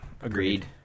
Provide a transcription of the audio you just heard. agreed